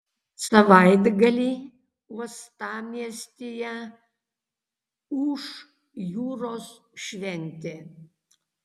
savaitgalį uostamiestyje ūš jūros šventė